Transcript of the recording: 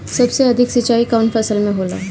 सबसे अधिक सिंचाई कवन फसल में होला?